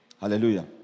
Hallelujah